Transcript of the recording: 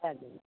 लए जइहो